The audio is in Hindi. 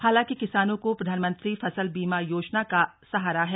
हालांकि किसानों को प्रधानमंत्री फसल बीमा योजना का सहारा है